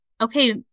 okay